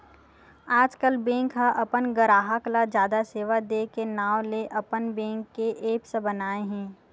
आजकल बेंक ह अपन गराहक ल जादा सेवा दे के नांव ले अपन बेंक के ऐप्स बनाए हे